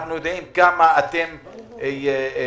אנחנו יודעים כמה אתם עומדים